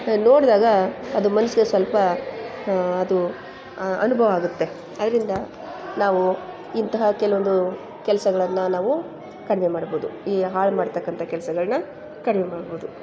ನೋಡಿದಾಗ ಅದು ಮನಸ್ಸಿಗೆ ಸ್ವಲ್ಪ ಅದು ಅನುಭವ ಆಗುತ್ತೆ ಆದ್ರಿಂದ ನಾವು ಇಂತಹ ಕೆಲವೊಂದು ಕೆಲಸಗಳನ್ನ ನಾವು ಕಡಿಮೆ ಮಾಡ್ಬೋದು ಈ ಹಾಳ್ಮಾಡ್ತಕ್ಕಂಥ ಕೆಲಸಗಳನ್ನ ಕಡಿಮೆ ಮಾಡ್ಬೋದು